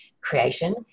creation